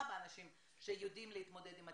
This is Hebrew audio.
באנשים שיודעים להתמודד עם הטכנולוגיה,